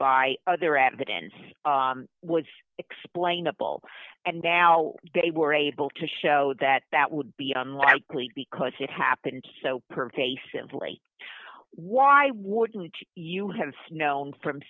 by there at the end was explainable and now they were able to show that that would be unlikely because it happened so pervasively why wouldn't you have snow from